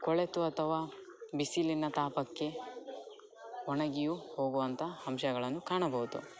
ಕೊಳೆತು ಅಥವಾ ಬಿಸಿಲಿನ ತಾಪಕ್ಕೆ ಒಣಗಿಯು ಹೋಗುವಂತಹ ಅಂಶಗಳನ್ನು ಕಾಣಬೋದು